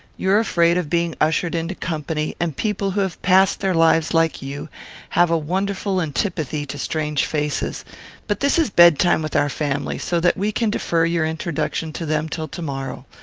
you are afraid of being ushered into company and people who have passed their lives like you have a wonderful antipathy to strange faces but this is bedtime with our family, so that we can defer your introduction to them till to-morrow.